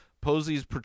Posey's